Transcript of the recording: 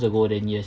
ago then yes